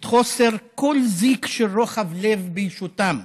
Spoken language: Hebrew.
את חוסר כל זיק של רוחב לב בישותם?